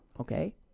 Okay